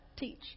teach